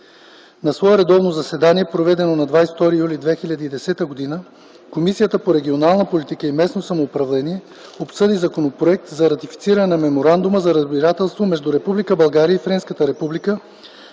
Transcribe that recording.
На свое редовно заседание, проведено на 22 юли 2010 г., Комисията по регионална политика и местно самоуправление обсъди Законопроект за ратифициране на Меморандума за разбирателство между Република България и Френската република,